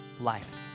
life